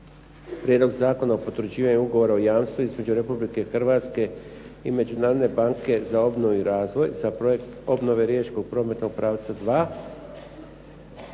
Prijedlog zakona o potvrđivanju Ugovora o jamstvu između Republike Hrvatske i Međunarodne banke za obnovu i razvoj za projekt "Obnove riječkog prometnog pravca 2"